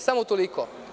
Samo toliko.